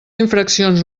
infraccions